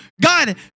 God